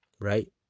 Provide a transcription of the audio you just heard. Right